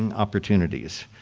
and opportunities.